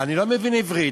לא מבין עברית